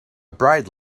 bride